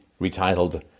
retitled